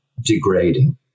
degrading